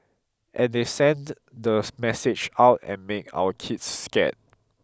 and they send the message out and make our kids scare